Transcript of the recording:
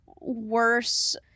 worse